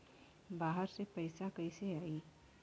बाहर से पैसा कैसे आई?